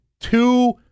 two